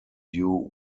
due